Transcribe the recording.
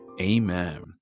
Amen